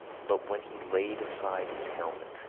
but when he laid aside his helmet,